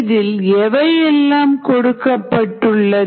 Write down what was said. இதில் எவையெல்லாம் கொடுக்கப்பட்டுள்ளது